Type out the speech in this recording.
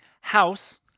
house